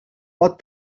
pot